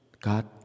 God